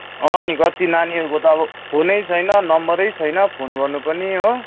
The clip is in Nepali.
अँ नि कति नानीहरूको त अब फोन नै छैन नम्बरै छैन फोन गर्नु पनि हो